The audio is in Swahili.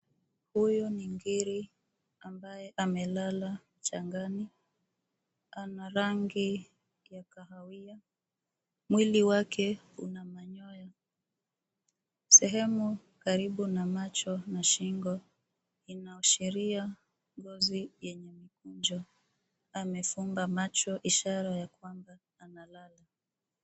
Huyu ni ngiri ambaye amelala mchangani. Ana rangi ya kahawia. Mwili wake una manyoya. Sehemu karibu na macho na shingo inaashiria ngozi yenye mkunjo. Amefunga macho ishara ya kwamba analala.